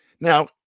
Now